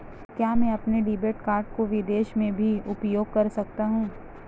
क्या मैं अपने डेबिट कार्ड को विदेश में भी उपयोग कर सकता हूं?